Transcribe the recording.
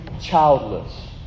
childless